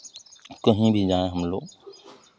कहीं भी जाएं हमलोग